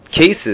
cases